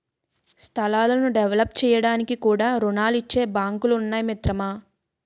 స్థలాలను డెవలప్ చేయడానికి కూడా రుణాలిచ్చే బాంకులు ఉన్నాయి మిత్రమా